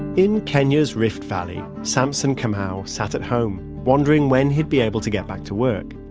in kenya's rift valley, samson kamau sat at home, wondering when he'd be able to get back to work.